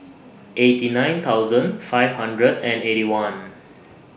eighty nine thousand five hundred and Eighty One